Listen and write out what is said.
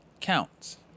counts